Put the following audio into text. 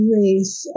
race